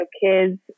Kids